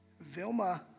Vilma